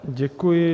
Děkuji.